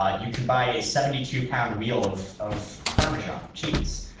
ah you can buy a seventy two pound wheel of of parmesan cheese.